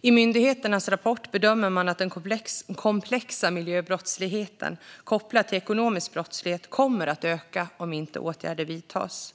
I myndigheternas rapport bedömer man att den komplexa miljöbrottsligheten kopplad till ekonomisk brottslighet kommer att öka om inte åtgärder vidtas.